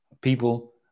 people